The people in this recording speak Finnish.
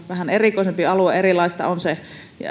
vähän erikoisempi alue erilaista on se